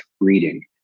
reading